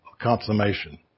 consummation